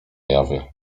jawie